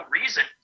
reason